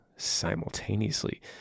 simultaneously